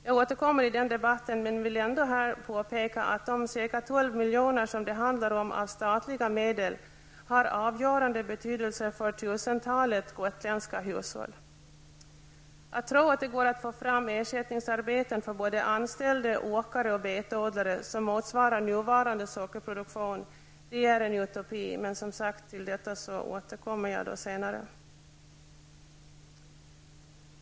Jag återkommer i den debatten, men jag vill ändå påpeka här att de cirka 12 miljoner av statliga medel som det handlar om har avgörande betydelse för tusentalet gotländska hushåll. Att tro att det går att få fram ersättningsarbete för både anställda, åkare och betodlare som är sysselsatta i nuvarande sockerproduktion är en utopi, men jag återkommer till detta senare.